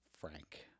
Frank